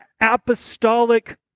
apostolic